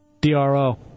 D-R-O